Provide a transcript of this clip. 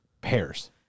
pairs